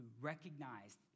recognize